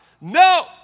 No